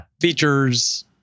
Features